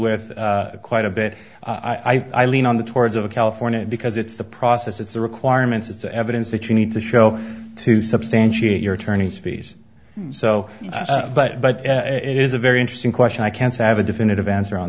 with quite a bit i lean on the towards of california because it's the process it's the requirements it's the evidence that you need to show to substantiate your attorneys fees so but but it is a very interesting question i can't have a definitive answer on